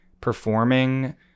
performing